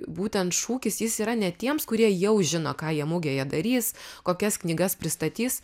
būtent šūkis jis yra ne tiems kurie jau žino ką jie mugėje darys kokias knygas pristatys